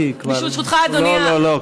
ברשותך, לא, לא.